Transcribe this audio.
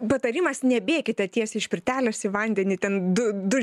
patarimas nebėkite tiesiai iš pirtelės į vandenį ten du du